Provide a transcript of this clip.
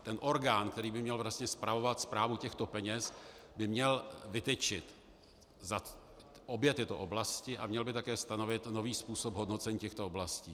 Ten orgán, který by měl vlastně spravovat správu těchto peněz, by měl vytyčit obě tyto oblasti a měl by také stanovit nový způsob hodnocení těchto oblastí.